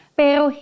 pero